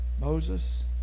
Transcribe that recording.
Moses